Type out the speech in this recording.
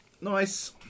Nice